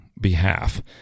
behalf